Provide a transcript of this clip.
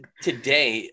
today